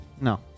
no